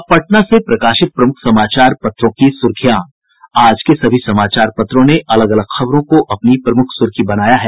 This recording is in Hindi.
अब पटना से प्रकाशित प्रमुख समाचार पत्रों की सुर्खियां आज के सभी समाचार पत्रों ने अलग अलग खबरों को अपनी प्रमुख सुर्खी बनाया है